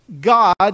God